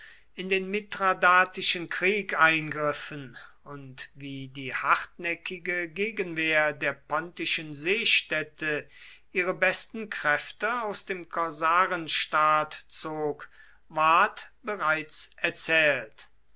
in den mithradatischen krieg eingriffen und wie die hartnäckige gegenwehr der pontischen seestädte ihre besten kräfte aus dem korsarenstaat zog ward bereits erzählt